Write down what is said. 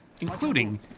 including